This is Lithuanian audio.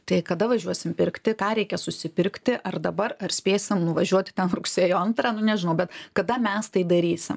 tai kada važiuosim pirkti ką reikia susipirkti ar dabar ar spėsim nuvažiuoti ten rugsėjo antrą nu nežinau bet kada mes tai darysim